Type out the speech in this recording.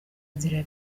inzira